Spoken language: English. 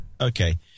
Okay